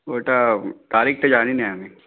ওটা তারিখটা জানি না আমি